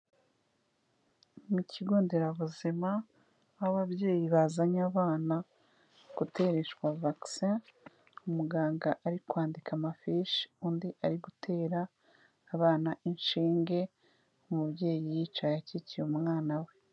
Mu kigo nderabuzima nk'ababyeyi bazanye abana gutereshwa vax, umuganga ari kwandika amafishi, undi ari gutera abana inshinge, umubyeyi yicaye akikiye umwana we.